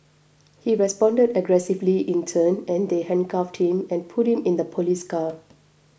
he responded aggressively in turn and they handcuffed him and put him in the police car